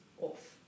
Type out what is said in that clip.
off